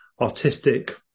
artistic